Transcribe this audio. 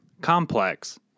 complex